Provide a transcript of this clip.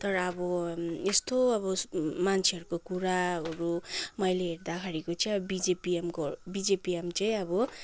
तर अब यस्तो अब मान्छेहरूको कुराहरू मैले हेर्दाखेरिको चाहिँ बिजिपिएमकोहरू बिजिपिएम चाहिँ अब